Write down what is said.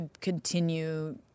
continue